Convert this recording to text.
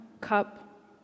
cup